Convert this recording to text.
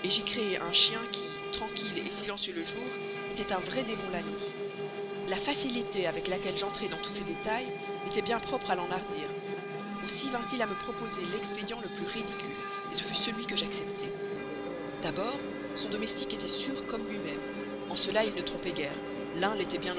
un chien qui tranquille silencieux le jour était un vrai démon la nuit la facilité avec laquelle j'entrai dans tous ces détails était bien propre à l'enhardir aussi vint-il à me proposer l'expédient le plus ridicule ce fut celui que j'acceptai d'abord son domestique était sûr comme lui-même en cela il ne trompait guère l'un l'était